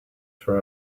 for